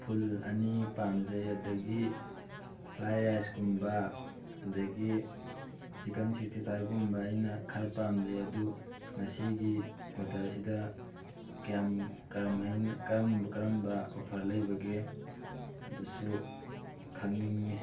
ꯐꯨꯜ ꯑꯅꯤ ꯄꯥꯝꯖꯩ ꯑꯗꯒꯤ ꯐ꯭ꯔꯥꯏ ꯔꯥꯏꯁꯀꯨꯝꯕ ꯑꯗꯒꯤ ꯆꯤꯛꯀꯟ ꯁꯤꯛꯁꯇꯤ ꯐꯥꯏꯚꯀꯨꯝꯕ ꯑꯩꯅ ꯈꯔ ꯄꯥꯝꯖꯩ ꯑꯗꯨ ꯉꯁꯤꯒꯤ ꯑꯣꯔꯗꯔꯁꯤꯗ ꯀꯌꯥꯝ ꯀꯔꯝꯍꯥꯏꯅ ꯀꯔꯝ ꯀꯔꯝꯕ ꯑꯣꯐꯔ ꯂꯩꯕꯒꯦ ꯑꯗꯨꯁꯨ ꯈꯪꯅꯤꯡꯉꯤ